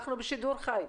אנחנו בשידור חי.